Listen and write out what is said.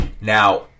Now